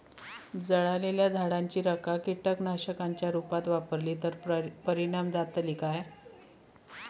जळालेल्या झाडाची रखा कीटकनाशकांच्या रुपात वापरली तर परिणाम जातली काय?